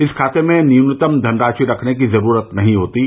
इस खाते में न्यूनतम धनराशि रखने की जरूरत नहीं होती है